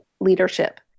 leadership